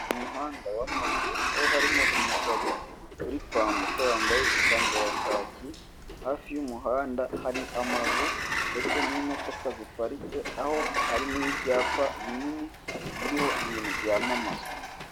Umuhanda w'amabuye, aho harimo umugabo uri kwambuka wambaye ipantaro ya kaki, hafi y'umuhanda hari amazu, ndetse n'imodoka ziparitse, aho hari n'ibyapa binini biriho ibintu byamamazwa.